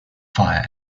fire